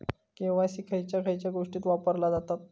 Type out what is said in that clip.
KYC खयच्या खयच्या गोष्टीत वापरला जाता?